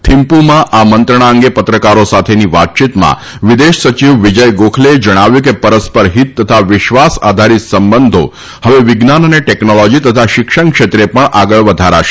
થીમ્પુમાં આ મંત્રણા અંગે પત્રકારો સાથેની વાતયીતમાં વિદેશ સચિવ વિજય ગોખલેએ જણાવ્યું હતુ કે પરસ્પર હિત તથા વિશ્વાસ આધારીત સંબંધો હવે વિજ્ઞાન અને ટેકનોલોજી તથા શિક્ષણ ક્ષેત્રે પણ આગળ વધારાશે